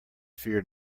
fear